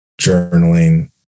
journaling